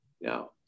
Now